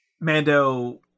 Mando